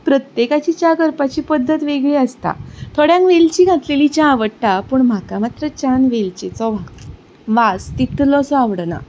प्रत्येकाची च्या करपाची पध्दत वेगळी आसता थोड्यांक वेलची घातलेली च्या आवडटा पूण म्हाका मात्र च्यान वेलचेचो वास तितलोसो आवडना